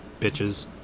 Bitches